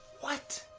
what?